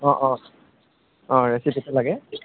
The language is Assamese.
অঁ অঁ অঁ ৰেচিপিটো লাগে